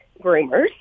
groomers